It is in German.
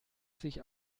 sich